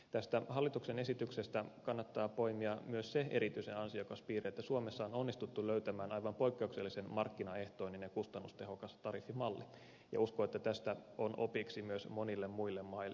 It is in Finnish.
tästä hallituksen esityksestä kannattaa poimia myös se erityisen ansiokas piirre että suomessa on onnistuttu löytämään aivan poikkeuksellisen markkinaehtoinen ja kustannustehokas tariffimalli ja uskon että tästä on opiksi myös monille muille maille